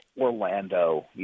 Orlando